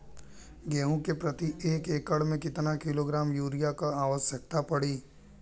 गेहूँ के प्रति एक एकड़ में कितना किलोग्राम युरिया क आवश्यकता पड़ी?